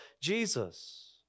Jesus